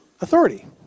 authority